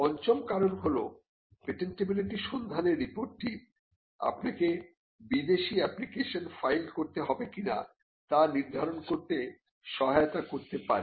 পঞ্চম কারণ হল পেটেন্টিবিলিটি সন্ধানের রিপোর্টটি আপনাকে বিদেশি অ্যাপ্লিকেশন ফাইল করতে হবে কি না তা নির্ধারণ করতে সহায়তা করতে পারে